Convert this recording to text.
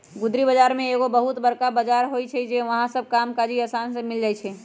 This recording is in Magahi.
गुदरी बजार में एगो बहुत बरका बजार होइ छइ जहा सब काम काजी समान मिल जाइ छइ